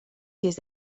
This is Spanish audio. pies